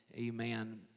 Amen